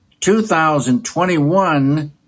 2021